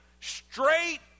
Straight